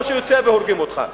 או שאתה יוצא והורגים אותך.